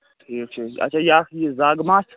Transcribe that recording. ٹھیٖک چھُ اچھا یہِ اکھ یہِ زگ ماچھ